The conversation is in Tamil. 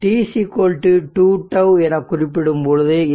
t 2 τ என குறிப்பிடும்போது இதன் மதிப்பு 0